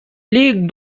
lee